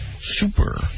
Super